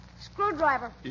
Screwdriver